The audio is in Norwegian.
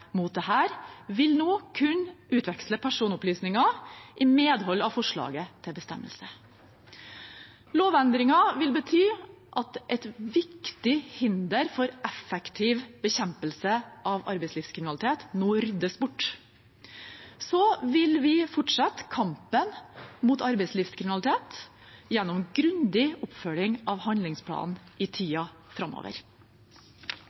mot dette, vil kunne utveksle personopplysninger i medhold av forslaget til bestemmelsen. Lovendringen vil bety at et viktig hinder for effektiv bekjempelse av arbeidslivskriminalitet nå ryddes bort. Vi vil fortsette kampen mot arbeidslivskriminalitet gjennom grundig oppfølging av handlingsplanen i